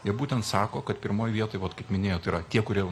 jie būtent sako kad pirmoj vietoj vat kaip minėjot yra tie kurie